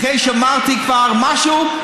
אחרי שאמרתי כבר משהו,